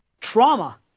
Trauma